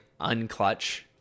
unclutch